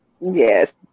Yes